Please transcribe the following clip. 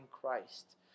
Christ